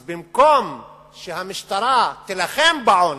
אז במקום שהמשטרה תילחם בשוחד,